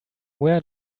where